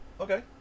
Okay